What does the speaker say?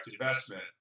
investment